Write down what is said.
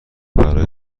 برای